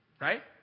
right